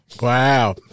Wow